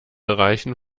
reichen